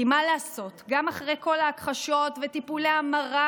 כי מה לעשות, גם אחרי כל ההכחשות וטיפולי ההמרה,